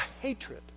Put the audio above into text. hatred